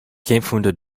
kampfhunde